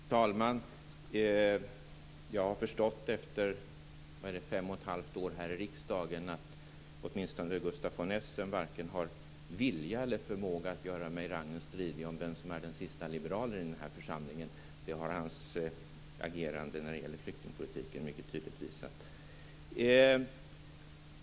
Fru talman! Jag har förstått efter fem och ett halvt år här i riksdagen att åtminstone Gustaf von Essen varken har vilja eller förmåga att göra mig rangen stridig om vem som är den siste liberalen i den här församlingen. Det har hans agerande när det gäller flyktingpolitiken mycket tydligt visat.